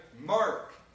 Mark